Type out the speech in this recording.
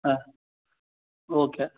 ஆ okay